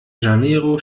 janeiro